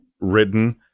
written